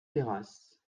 terrasse